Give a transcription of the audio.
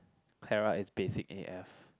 Kyra is basic a_f